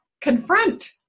confront